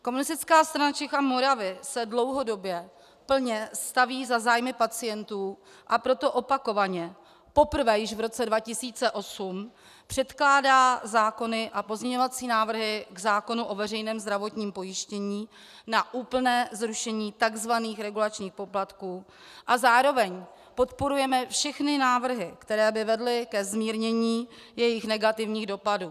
Komunistická strana Čech a Moravy se dlouhodobě plně staví za zájmy pacientů, a proto opakovaně poprvé již v roce 2008 předkládá zákony a pozměňovací návrhy k zákonu o veřejném zdravotním pojištění na úplné zrušení tzv. regulačních poplatků a zároveň podporujeme všechny návrhy, které by vedly ke zmírnění jejich negativních dopadů.